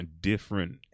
different